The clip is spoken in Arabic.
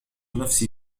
نفسي